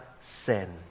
sin